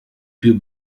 più